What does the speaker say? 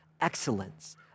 excellence